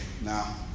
now